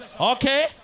Okay